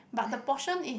but the portion is